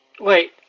Wait